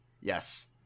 yes